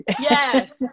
Yes